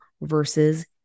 versus